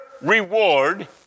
reward